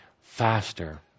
faster